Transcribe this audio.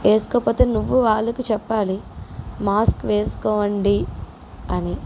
వేసుకోకపోతే నువ్వు వాళ్ళకి చెప్పాలి మాస్క్ వేసుకోండి అని